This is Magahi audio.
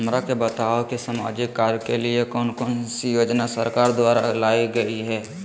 हमरा के बताओ कि सामाजिक कार्य के लिए कौन कौन सी योजना सरकार द्वारा लाई गई है?